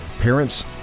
parents